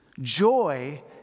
Joy